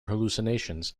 hallucinations